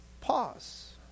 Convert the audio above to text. Pause